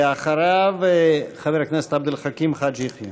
ואחריו, חבר הכנסת עבד אל חכים חאג' יחיא.